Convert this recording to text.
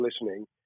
listening